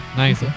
nice